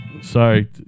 Sorry